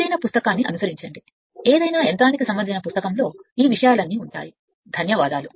ఏదైనా పుస్తకాన్ని అనుసరించండి ఏదైనా యంత్ర పుస్తకం ఈ విషయాలన్నీ ఇక్కడ ఉన్నాయి